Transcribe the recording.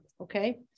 Okay